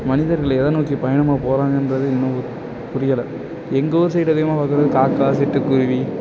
மனிதர்கள் எதை நோக்கி பயணமாக போகிறாங்கன்றது இன்னும் புரியலை எங்கள் ஊர் சைடு அதிகமாக பார்க்குறது காக்கா சிட்டு குருவி